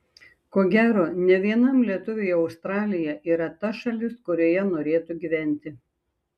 ko gero ne vienam lietuviui australija yra ta šalis kurioje norėtų gyventi